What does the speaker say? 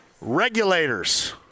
Regulators